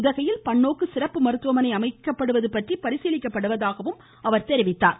உதகையில் பன்னோக்கு சிறப்பு மருத்துவமனை அமைக்கப்படுவது பற்றி பரிசீலனை செய்யப்படுவதாகவும் அவர் கூறினார்